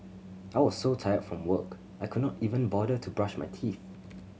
I was so tired from work I could not even bother to brush my teeth